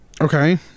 Okay